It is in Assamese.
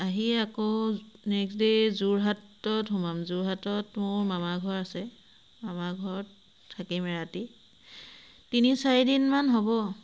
আহি আকৌ নেক্সট ডে' যোৰহাটত সোমাম যোৰহাটত মোৰ মামা ঘৰ আছে মামা ঘৰত থাকিম এৰাতি তিনি চাৰিদিনমান হ'ব